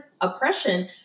oppression